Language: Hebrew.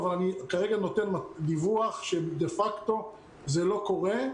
אבל כרגע אני נותן דיווח שדה-פקטו זה לא קורה,